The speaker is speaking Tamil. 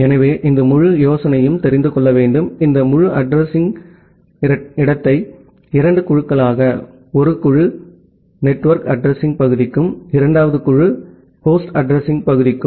எனவே முழு யோசனையும் உடைக்க வேண்டும் இந்த முழு அட்ரஸிங் இடத்தையும் இரண்டு குழுக்களாக ஒரு குழு நெட்வொர்க் அட்ரஸிங் பகுதிக்கும் இரண்டாவது குழு ஹோஸ்ட் அட்ரஸிங்பகுதிக்கும்